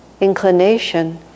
inclination